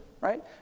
right